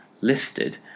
listed